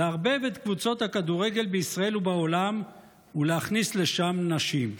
לערבב את קבוצות הכדורגל בישראל ובעולם ולהכניס לשם נשים.